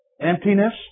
Emptiness